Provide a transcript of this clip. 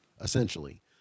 essentially